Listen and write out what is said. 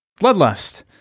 bloodlust